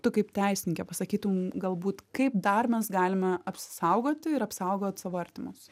tu kaip teisininkė pasakytum galbūt kaip dar mes galime apsisaugoti ir apsaugot savo artimus